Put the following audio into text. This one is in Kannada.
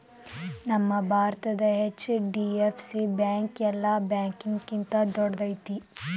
ನಮ್ಮ ಭಾರತದ ಹೆಚ್.ಡಿ.ಎಫ್.ಸಿ ಬ್ಯಾಂಕ್ ಯೆಲ್ಲಾ ಬ್ಯಾಂಕ್ಗಿಂತಾ ದೊಡ್ದೈತಿ